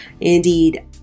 indeed